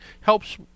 helps